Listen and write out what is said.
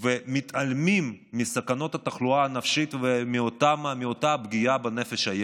ומתעלמים מסכנות התחלואה הנפשית ומאותה פגיעה בנפש הילד.